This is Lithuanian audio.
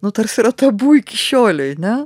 nu tarsi yra tabu iki šiolei ne